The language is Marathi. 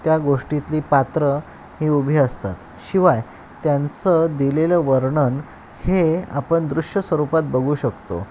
त्या गोष्टीतली पात्रं ही उभी असतात शिवाय त्यांचं दिलेलं वर्णन हे आपण दृश्य स्वरूपात बघू शकतो